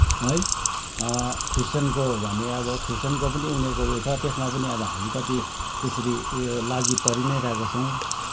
है क्रिस्चियनको भने अब क्रिस्चियनको पनि अब उसमा उयो छ त्यसमा पनि अब हामी कति त्यसरी उयो लागिपरिनै रहेका छौँ